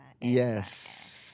Yes